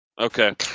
Okay